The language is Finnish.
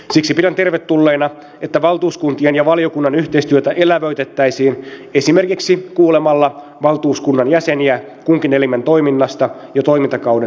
siksi pidän tervetulleena että valtuuskuntien ja valiokunnan yhteistyötä elävöitettäisiin esimerkiksi kuulemalla valtuuskunnan jäseniä kunkin elimen toiminnasta jo toimintakauden aikana